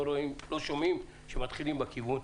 לא שומעים שמתחילים בכיוון.